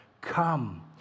Come